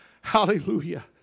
Hallelujah